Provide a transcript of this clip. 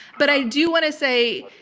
but i do want to say,